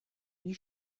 wie